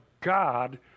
God